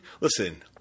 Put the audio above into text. listen